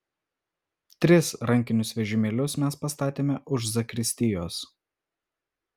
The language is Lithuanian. tris rankinius vežimėlius mes pastatėme už zakristijos